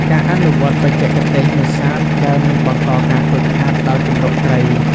ការអនុវត្តន៍បច្ចេកទេសនេសាទដែលមិនបង្កការខូចខាតដល់ជម្រកត្រី។